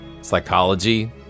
psychology